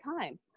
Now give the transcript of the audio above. time